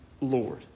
Lord